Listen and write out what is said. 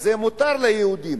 אז זה מותר ליהודים,